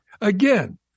Again